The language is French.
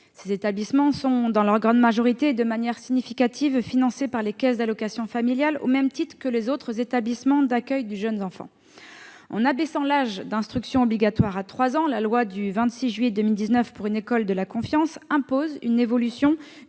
Ces établissements sont, dans leur grande majorité et de manière significative, financés par les caisses d'allocations familiales, au même titre que les autres établissements d'accueil du jeune enfant. En abaissant l'âge d'instruction obligatoire à 3 ans, la loi du 26 juillet 2019 pour une école de la confiance impose une évolution